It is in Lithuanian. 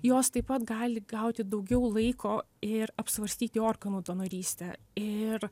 jos taip pat gali gauti daugiau laiko ir apsvarstyti organų donorystę ir